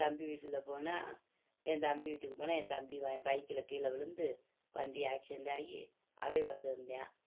தம்பி வீட்டில் போனால் என் தம்பி வீட்டுக்கு போனால் என் தம்பி மகன் பைக்கில் கீழே விழுந்து வண்டி ஆக்சிடெண்ட் ஆகி அவன் வந்திருந்தான்